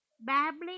Babbling